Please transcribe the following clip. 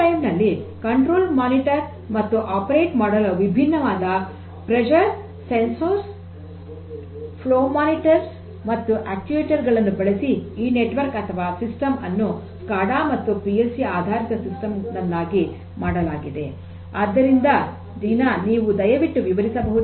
ನೈಜ ಸಮಯದಲ್ಲಿ ನಿಯಂತ್ರಣ ಮೇಲ್ವಿಚಾರಣೆ ಮತ್ತು ಆಪರೇಟ್ ಮಾಡಲು ವಿಭಿನ್ನವಾದ ಒತ್ತಡ ಸಂವೇದಕಗಳು ಫ್ಲೋ ಮಾನಿಟರ್ಸ್ ಮತ್ತು ಅಕ್ಟುಯೆಟರ್ ಗಳನ್ನು ಬಳಸಿ ಈ ನೆಟ್ವರ್ಕ್ ಅಥವಾ ಸಿಸ್ಟಮ್ ಅನ್ನು ಸ್ಕಾಡಾ ಮತ್ತು ಪಿ ಎಲ್ ಸಿ ಆಧಾರಿತ ಸಿಸ್ಟಮ್ ನನ್ನಾಗಿ ಮಾಡಲಾಗಿದೆ ಆದ್ದರಿಂದ ದೀನಾ ನೀವು ದಯವಿಟ್ಟು ವಿವರಿಸಬಹುದೇ